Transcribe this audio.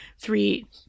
three